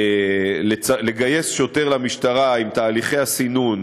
לגייס שוטר למשטרה עם תהליכי הסינון,